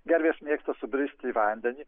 gervės mėgsta subristi į vandenį